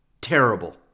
terrible